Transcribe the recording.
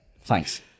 thanks